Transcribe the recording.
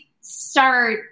start